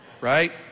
right